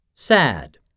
Sad